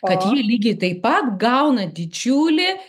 kad jie lygiai taip pat gauna didžiulį